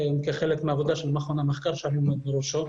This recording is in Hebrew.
כחלק מהעבודה של מכון המחקר שאני עומד בראשו,